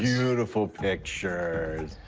beautiful pictures.